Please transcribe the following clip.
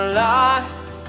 life